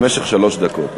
במשך שלוש דקות.